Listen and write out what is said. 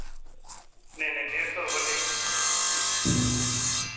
नेईं नेईं डेढ़ सौ पर नि